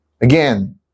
Again